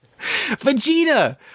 Vegeta